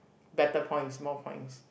better points more points